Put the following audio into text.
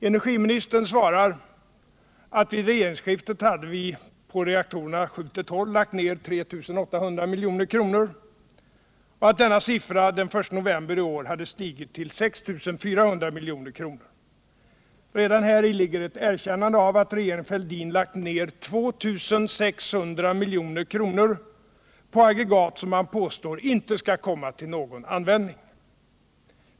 Energiministern svarar att vid regeringsskiftet hade vi på reaktorerna 7-12 lagt ned 3 800 milj.kr. och att denna siffra den 1 november i år hade stigit till 6 400 milj.kr. Redan häri ligger ett erkännande av att regeringen Fälldin lagt ner 2 600 milj.kr. på aggregat som man påstår inte skall komma till någon användning.